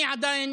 אני עדיין